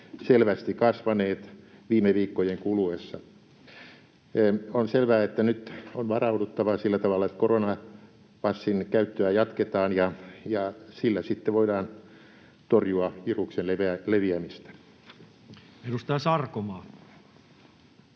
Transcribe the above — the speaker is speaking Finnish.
selvästi kasvaneet viime viikkojen kuluessa. On selvää, että nyt on varauduttava sillä tavalla, että koronapassin käyttöä jatketaan ja sillä sitten voidaan torjua viruksen leviämistä. Edustaja Sarkomaa.